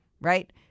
right